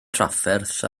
trafferth